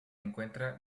encuentra